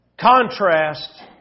contrast